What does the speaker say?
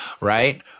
right